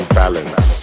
balance